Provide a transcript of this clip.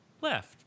left